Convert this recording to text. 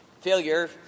Failure